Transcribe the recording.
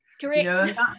Correct